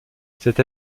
cette